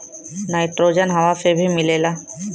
nitrogen हवा से भी मिलेला